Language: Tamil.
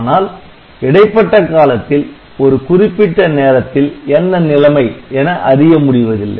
ஆனால் இடைப்பட்ட காலத்தில் ஒரு குறிப்பிட்ட நேரத்தில் என்ன நிலைமை என அறிய முடிவதில்லை